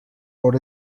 por